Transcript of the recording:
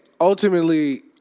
ultimately